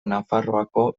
nafarroako